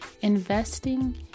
investing